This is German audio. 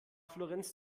florenz